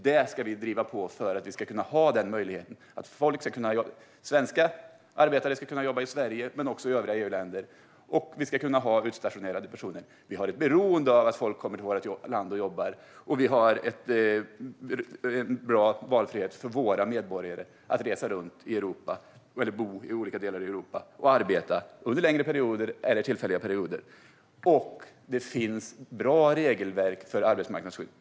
Vi ska driva på för att svenska arbetare ska kunna jobba i Sverige och i övriga EU-länder samt för att vi ska kunna ha utstationerade personer. Vi är beroende av att folk kommer till vårt land och jobbar. Vi har en bra valfrihet för våra medborgare att resa runt eller bo i olika delar av Europa och arbeta under längre eller kortare perioder. Det finns bra regelverk för arbetsmarknadsskydd.